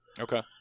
Okay